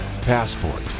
Passport